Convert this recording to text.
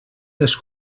les